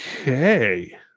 Okay